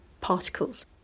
particles